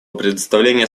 предоставление